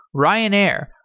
ryanair,